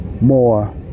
More